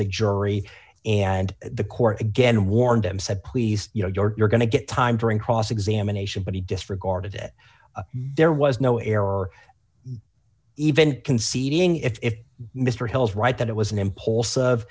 the jury and the court again warned him said please you know you're going to get time during cross examination but he disregarded it there was no error even conceding if mr hill is right that it was an impuls